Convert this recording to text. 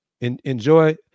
enjoy